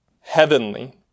Heavenly